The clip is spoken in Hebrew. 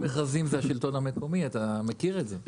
לא כל המכרזים זה השלטון המקומי, אתה מכיר את זה.